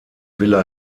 villa